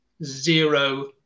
zero